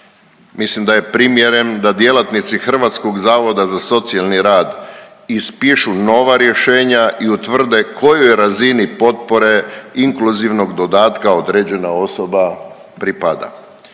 mislim da je primjeren da djelatnici Hrvatskog zavoda za socijalni rad ispišu nova rješenja i utvrde kojoj razini potpore inkluzivnog dodatka određena osoba pripada.